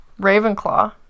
Ravenclaw